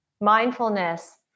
mindfulness